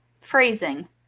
Phrasing